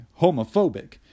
homophobic